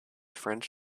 french